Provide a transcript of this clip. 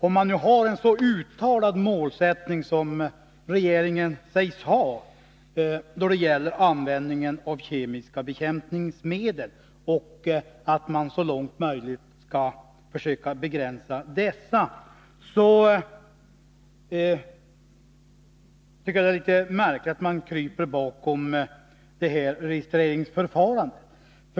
Om man nu har en så uttalad målsättning som regeringen sägs ha då det gäller användningen av kemiska bekämpningsmedel att man så långt möjligt skall försöka begränsa dessa, tycker jag att det är märkligt att man kryper bakom registreringsförfarandet.